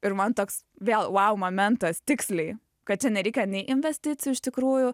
ir man toks vėl vau momentas tiksliai kad čia nereikia nei investicijų iš tikrųjų